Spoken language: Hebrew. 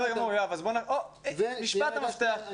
משפט המפתח,